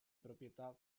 proprietà